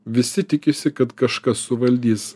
visi tikisi kad kažkas suvaldys